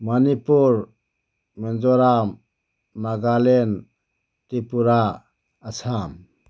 Manipur Mizoram Nagaland Tripura Assam